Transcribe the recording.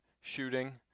shooting